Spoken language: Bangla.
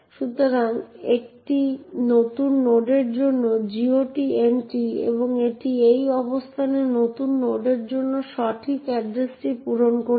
সুতরাং এটি নতুন নোডের জন্য GOT এন্ট্রি এবং এটি এই অবস্থানে নতুন নোডের জন্য সঠিক এড্রেসটি পূরণ করেছে